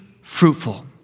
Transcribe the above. fruitful